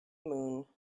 moon